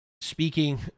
speaking